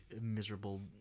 miserable